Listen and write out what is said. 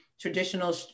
traditional